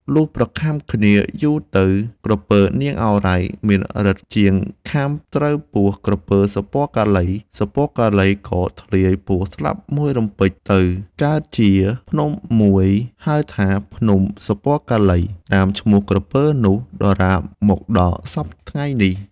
លុះប្រខាំគ្នាយូរទៅ ក្រពើ នាងឱរ៉ៃ មានឫទ្ធិជាងខាំត្រូវពោះក្រពើ សុពណ៌កាឡីៗ ក៏ធ្លាយពោះស្លាប់មួយរំពេចទៅ កើតជាភ្នំមួយហៅថា " ភ្នំ សុពណ៌កាឡី " តាមឈ្មោះក្រពើនោះដរាបមកដល់សព្វថ្ងៃនេះ ។